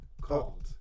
called